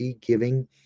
giving